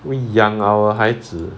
we 养 our 孩子